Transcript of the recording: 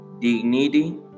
dignity